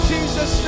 Jesus